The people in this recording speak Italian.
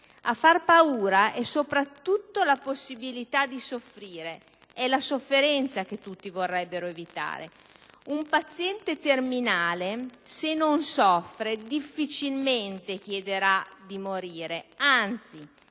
A fare paura è soprattutto la possibilità di soffrire, è la sofferenza che tutti vorrebbero evitare. Un paziente terminale, se non soffre, difficilmente chiede di morire; anzi,